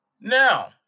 Now